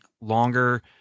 longer